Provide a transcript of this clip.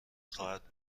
خواهد